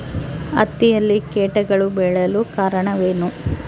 ಹತ್ತಿಯಲ್ಲಿ ಕೇಟಗಳು ಬೇಳಲು ಕಾರಣವೇನು?